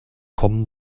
kommen